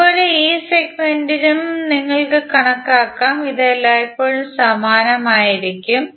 അതുപോലെ ഈ സെഗ്മെന്റിനും നിങ്ങൾക്ക് കണക്കാക്കാം ഇത് എല്ലായ്പ്പോഴും സമാനമായിരിക്കും